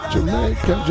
Jamaica